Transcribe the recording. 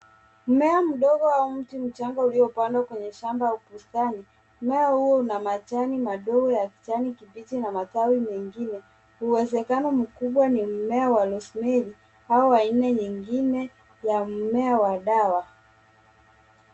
Mmea mdogo au mti mchanga uliopandwa kwenye shamba au bustani. Mmea huo una majani madogo ya kijani kibichi na matawi mengine uwezekano mkubwa ni mmea wa Rosemary au aina nyingine ya mmea wa dawa.